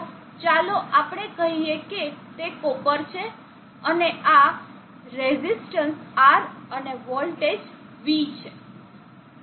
તો ચાલો આપણે કહીએ કે તે કોપર છે અને આ રેઝિસ્ટન્સ R અને વોલ્ટેજ V છે